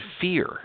fear